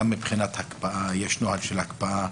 גם מבחינת הקפאה נוהל של הקפאה,